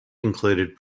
included